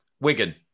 Wigan